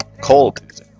Cold